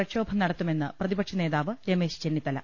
പ്രക്ഷോഭം നടത്തുമെന്ന് പ്രതിപക്ഷനേതാവ് രമേശ് ചെന്നിത്തല